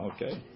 Okay